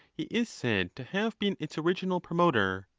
he is said to have been its original promoter.